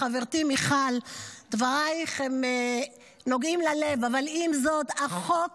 חברתי מיכל, דבריך נוגעים ללב, אבל עם זאת, החוק